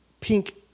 pink